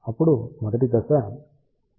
అప్పుడు మొదటి దశ వెడల్పును లెక్కించడం